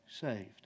saved